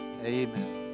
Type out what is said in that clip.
Amen